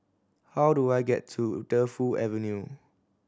how do I get to Defu Avenue